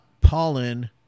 pollen